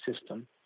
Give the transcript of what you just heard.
system